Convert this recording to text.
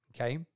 okay